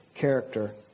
character